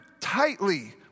tightly